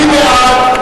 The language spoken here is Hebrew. מי בעד?